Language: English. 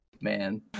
Man